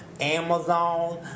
Amazon